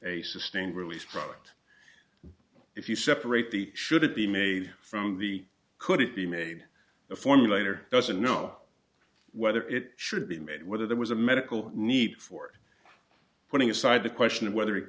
a sustained release product if you separate the should it be made from the could it be made the formulator doesn't know whether it should be made whether there was a medical need for putting aside the question of whether it